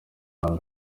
mbere